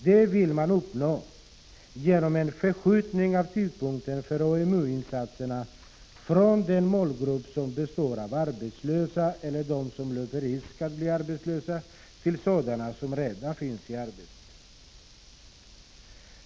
Detta vill man uppnå genom en förskjutning av tyngdpunkten för AMU-insatserna från den målgrupp som består av arbetslösa eller dem som löper risk att bli arbetslösa till sådana som redan finns i arbete.